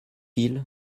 ils